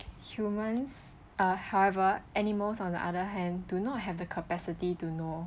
humans are however animals on the other hand do not have the capacity to know